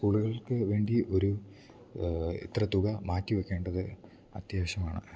സ്കൂളുകൾക്ക് വേണ്ടി ഒരു ഇത്ര തുക മാറ്റി വക്കേണ്ടത് അത്യാവശ്യമാണ്